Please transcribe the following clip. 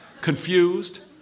confused